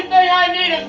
i